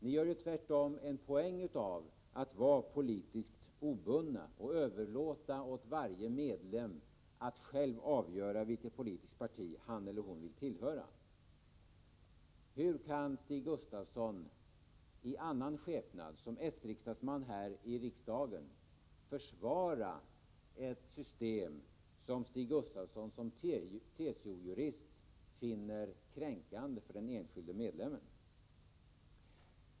Ni gör ju tvärtom en poäng av att vara politiskt obundna och överlåta åt varje medlem att själv avgöra vilket politiskt parti han eller hon vill tillhöra. Hur kan Stig Gustafsson i annan skepnad, som s-riksdagsman här i riksdagen, försvara ett system som Stig Gustafsson som TCO-jurist finner kränkande för den enskilde medlemmen?